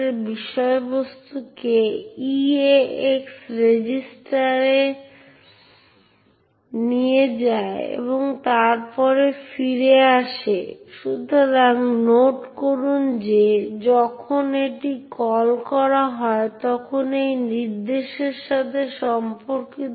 তাই উদাহরণস্বরূপ একটি ফাইলের অধিকার একটি ফাইলের বিভিন্ন অপারেশন তৈরি করা পড়া লেখা চালানোর জন্য আমাদের কাছে অন্যান্য ক্রিয়াকলাপ রয়েছে যা মালিকানা অনুমতি পরিবর্তন এবং গোষ্ঠী পরিবর্তনের সাথে সম্পর্কিত